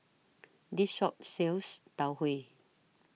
This Shop sells Tau Huay